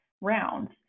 rounds